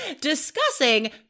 discussing